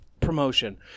promotion